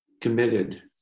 committed